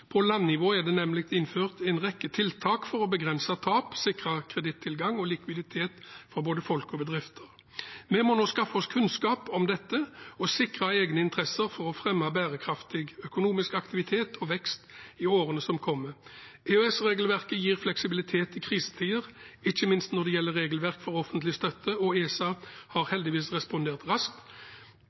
På landnivå er det nemlig innført en rekke tiltak for å begrense tap og sikre kredittilgang og likviditet for både folk og bedrifter. Vi må skaffe oss kunnskap om dette og sikre egne interesser for å fremme bærekraftig økonomisk aktivitet og vekst i årene som kommer. EØS-regelverket gir fleksibilitet i krisetider, ikke minst når det gjelder regelverk for offentlig støtte, og ESA har heldigvis respondert raskt.